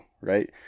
right